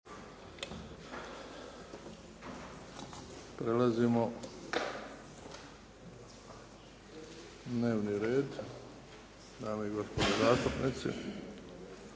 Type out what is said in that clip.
Prelazimo na dnevni red, dame i gospodo zastupnici.